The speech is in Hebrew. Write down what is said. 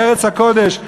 בארץ הקודש,